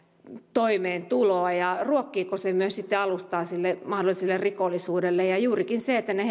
toimeentuloa ja ruokkiiko se myös alustaa sille mahdolliselle rikollisuudelle niin että juurikin ne